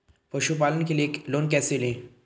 पशुपालन के लिए लोन कैसे लें?